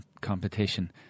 competition